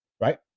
right